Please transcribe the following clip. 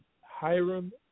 Hiram